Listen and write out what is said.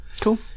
Cool